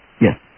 Yes